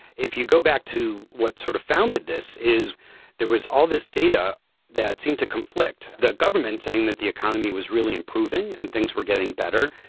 if you go back to what sort of founded this, is there was all this data that seemed to conflict, the government saying that the economy was really improving and things were getting better,